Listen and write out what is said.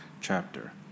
chapter